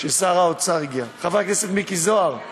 חבר הכנסת מיקי זוהר.